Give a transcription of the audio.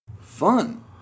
Fun